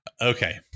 okay